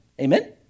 Amen